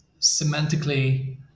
semantically